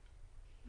(א)